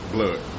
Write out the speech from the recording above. Blood